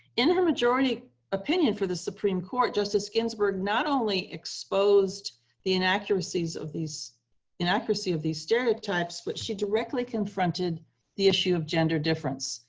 in her majority opinion for the supreme court, justice ginsburg not only exposed the inaccuracies of these inaccuracy of these stereotypes, but she directly confronted the issue of gender difference,